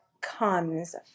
comes